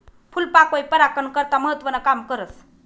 फूलपाकोई परागकन करता महत्वनं काम करस